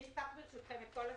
אני אפתח ברשותכם את כל הסעיף.